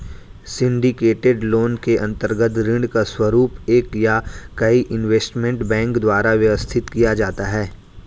syndicated loan के अंतर्गत ऋण का स्वरूप एक या कई इन्वेस्टमेंट बैंक के द्वारा व्यवस्थित किया जाता है